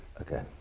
Okay